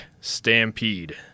Stampede